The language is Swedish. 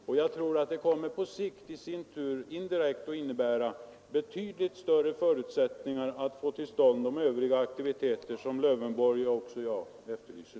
Och på sikt kommer det i sin tur indirekt att innebära betydligt större förutsättningar för att få till stånd de övriga aktiviteter som herr Lövenborg och också jag efterlyser.